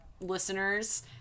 listeners